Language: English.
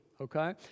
Okay